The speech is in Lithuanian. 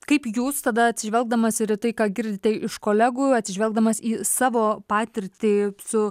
kaip jūs tada atsižvelgdamas ir į tai ką girdite iš kolegų atsižvelgdamas į savo patirtį su